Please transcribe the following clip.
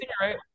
right